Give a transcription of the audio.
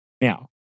Now